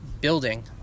building